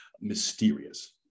mysterious